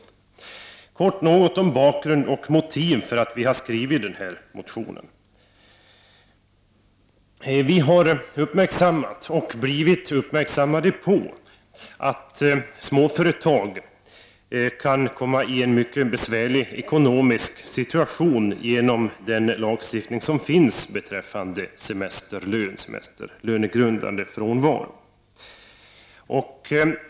Jag skall kort säga något om bakgrunden till motionen och våra motiv för att väcka den. Vi har uppmärksammat och blivit uppmärksammade på att småföretag kan komma i en mycket besvärlig ekonomisk situation genom den lagstiftning som finns beträffande semesterlönen och semesterlönegrundande frånvaro.